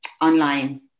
online